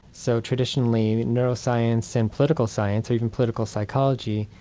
so traditionally neuroscience and political science, or even political psychology,